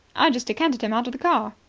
i just decanted him out of the car.